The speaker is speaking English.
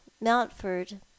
Mountford